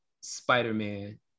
Spider-Man